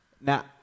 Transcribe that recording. Now